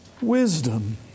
wisdom